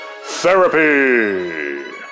Therapy